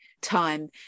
time